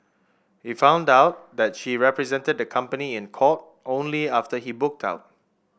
he found out that she represented the company in court only after he book out